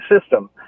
system